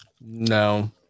No